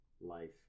life